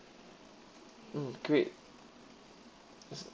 mm great